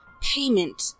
payment